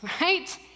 right